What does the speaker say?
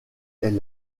est